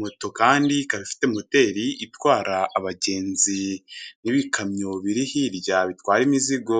Moto kandi ikaba ifite moteri itwara abagenzi n'ibikamyo biri hirya bitwara imizigo.